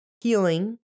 healing